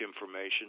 information